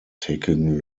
taking